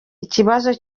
ikibazo